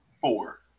four